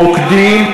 ממש רוקדים,